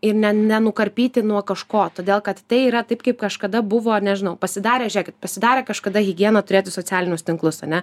ir ne nenukarpyti nuo kažko todėl kad tai yra taip kaip kažkada buvo nežinau pasidarė žėkit pasidarė kažkada higiena turėti socialinius tinklus ane